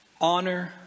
Honor